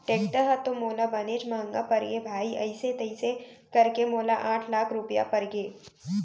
tractor ह तो मोला बनेच महँगा परगे भाई अइसे तइसे करके मोला आठ लाख रूपया परगे